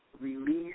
release